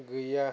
गैया